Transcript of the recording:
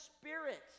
Spirit